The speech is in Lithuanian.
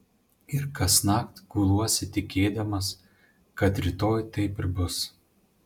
ir kasnakt guluosi tikėdamas kad rytoj taip ir bus